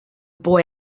boy